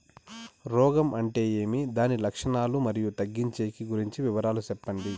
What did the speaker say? రోగం అంటే ఏమి దాని లక్షణాలు, మరియు తగ్గించేకి గురించి వివరాలు సెప్పండి?